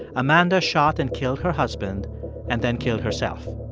amanda shot and killed her husband and then killed herself.